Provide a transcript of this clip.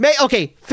okay